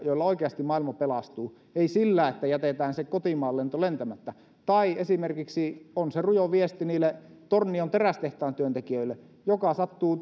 joilla oikeasti maailma pelastuu ei sillä että jätetään se kotimaanlento lentämättä tai on se esimerkiksi rujo viesti tornion terästehtaan työntekijöille joka sattuu